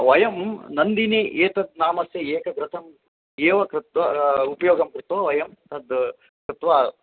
वयं नन्दिनी एतत् नामस्य एकं घृतम् एव कृत्वा उपयोगं कृत्वा वयं तद् कृत्वा